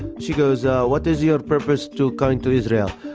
she goes, ah what is your purpose to coming to israel?